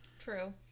true